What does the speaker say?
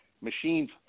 Machines